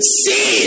see